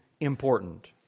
important